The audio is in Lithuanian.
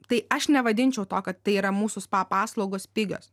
tai aš nevadinčiau to kad tai yra mūsų spa paslaugos pigios